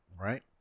right